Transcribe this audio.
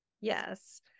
Yes